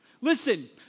Listen